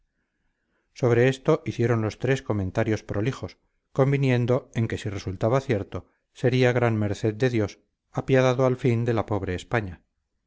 sobre esto hicieron los tres comentarios prolijos conviniendo en que si resultaba cierto sería gran merced de dios apiadado al fin de la pobre españa